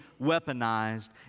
weaponized